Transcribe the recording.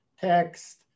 text